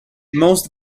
most